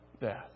death